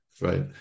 right